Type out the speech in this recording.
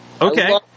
Okay